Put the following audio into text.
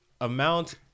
Amount